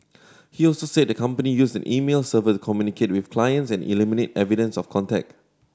he also said the company used an email server communicate with clients and eliminate evidence of contact